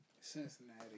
Cincinnati